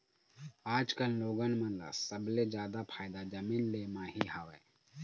आजकल लोगन मन ल सबले जादा फायदा जमीन ले म ही हवय